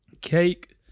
cake